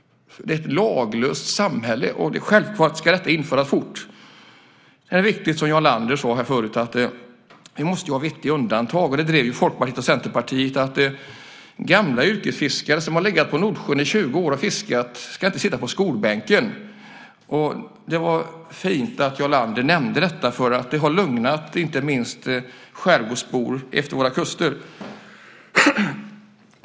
Det är ett laglöst samhälle. Självklart ska förarbevis införas fort. Det är riktigt som Jarl Lander sade förut, nämligen att det måste finns viktiga undantag. Folkpartiet och Centerpartiet har drivit att gamla yrkesfiskare som har legat på Nordsjön i 20 år och fiskat inte ska sitta på skolbänken. Det var fint att Jarl Lander nämnde detta eftersom det har lugnat skärgårdsbor utefter våra kuster.